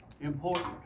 important